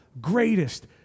greatest